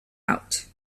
out